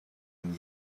and